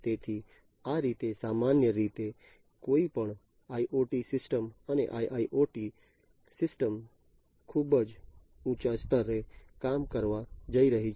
તેથી આ રીતે સામાન્ય રીતે કોઈપણ IoT સિસ્ટમ અને IIoT સિસ્ટમ ખૂબ ઊંચા સ્તરે કામ કરવા જઈ રહી છે